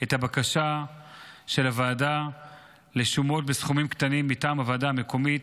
את הבקשה של הוועדה לשומות בסכומים קטנים מטעם הוועדה המקומית,